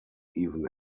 even